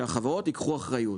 שהחברות ייקחו אחריות,